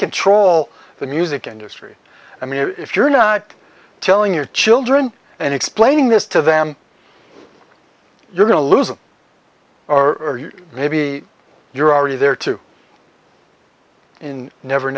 control the music industry i mean if you're not telling your children and explaining this to them you're going to lose it or maybe you're already there too in never